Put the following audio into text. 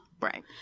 Right